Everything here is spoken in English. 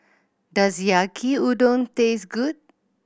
does Yaki Udon taste good